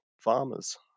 farmers